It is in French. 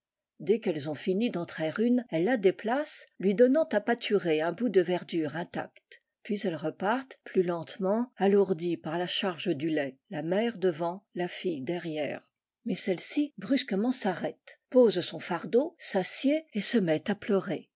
dès qu'elles ont fini d'en traire une elles la déplacent lui donnant à pâturer un bout de verdure intacte puis elles repartent plus lentement alourdies par la charge du lait la mère devant la fille derrière mais celle-ci brusquement s'arrête pose son fardeau s'assied et se met à pleurer